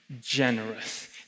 generous